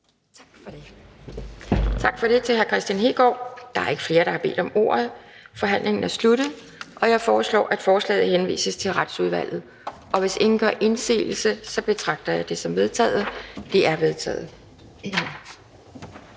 Kjærsgaard): Tak for det til hr. Kristian Hegaard. Der er ikke flere, der har bedt om ordet, og forhandlingen er sluttet. Jeg foreslår, at forslaget henvises til Retsudvalget. Hvis ingen gør indsigelse, betragter jeg det som vedtaget. Det er vedtaget.